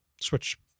switch